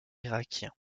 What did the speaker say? irakien